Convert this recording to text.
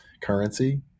currency